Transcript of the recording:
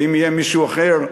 ואם יהיה מישהו אחר,